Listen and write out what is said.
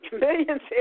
millions